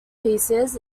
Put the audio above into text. pieces